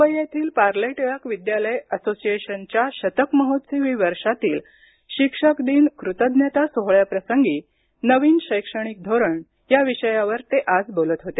मुंबई येथील पार्ले टिळक विद्यालय असोसिएशनच्या शतक महोत्सवी वर्षातील शिक्षक दिन कृतज्ञता सोहळ्या प्रसंगी नवीन शैक्षणिक धोरण या विषयावर ते आज बोलत होते